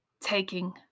taking